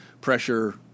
pressure